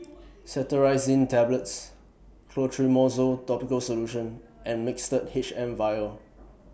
Cetirizine Tablets Clotrimozole Topical Solution and Mixtard H M Vial